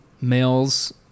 Males